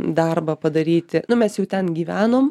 darbą padaryti nu mes jų ten gyvenom